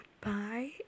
goodbye